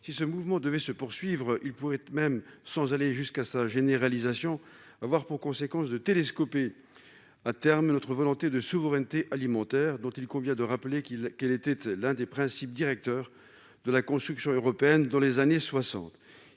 si ce mouvement devait se poursuivre, il pourrait être même sans aller jusqu'à sa généralisation avoir pour conséquence de télescoper à terme notre volonté de souveraineté alimentaire dont il convient de rappeler qu'il qu'il était l'un des principes directeurs de la construction européenne dans les années 60